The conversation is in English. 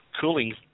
cooling